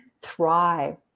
thrive